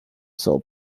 saw